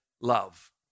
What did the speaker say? love